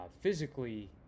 physically